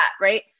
right